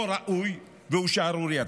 לא ראוי, והוא שערורייתי.